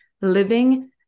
living